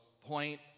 point